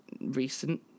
recent